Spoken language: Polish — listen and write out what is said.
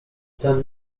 ten